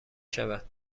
شود